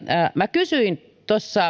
minä kysyin